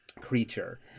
creature